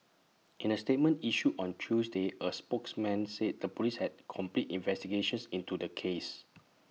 in A statement issued on Tuesday A spokesman said the Police had completed investigations into the case